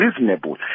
reasonable